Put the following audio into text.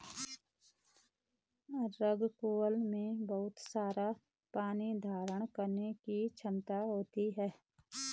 rockwool में बहुत सारा पानी धारण करने की क्षमता होती है